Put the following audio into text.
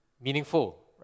meaningful